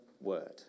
word